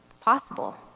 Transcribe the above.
possible